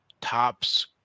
tops